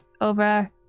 over